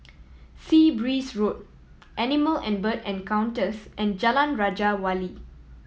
Sea Breeze Road Animal and Bird Encounters and Jalan Raja Wali